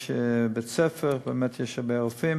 יש בית-ספר ובאמת יש הרבה רופאים.